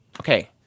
okay